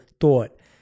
thought